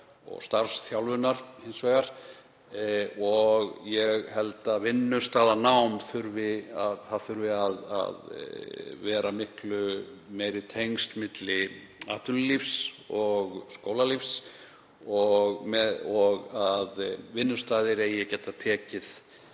og starfsþjálfunar hins vegar og vinnustaðanáms. Ég held að það þurfi að vera miklu meiri tengsl milli atvinnulífs og skólalífs og að vinnustaðir eigi að geta tekið